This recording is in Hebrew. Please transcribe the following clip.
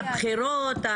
בחירות,